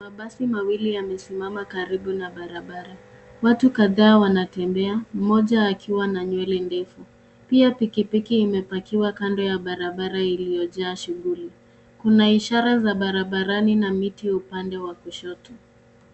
Mabasi mawili yamesimama karibu na barabara. Watu kadhaa wanatembea mmoja akiwa na nywele ndefu. Pia pikipiki imepakiwa kando ya barabara iliyojaa shughuli. Kuna ishara za barabarani na miti upande wa kushoto.